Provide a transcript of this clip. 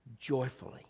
Joyfully